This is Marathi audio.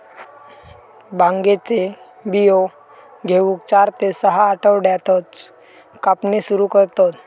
भांगेचे बियो घेऊक चार ते सहा आठवड्यातच कापणी सुरू करतत